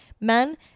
Men